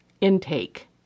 intake